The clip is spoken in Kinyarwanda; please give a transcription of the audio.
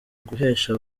uguhesha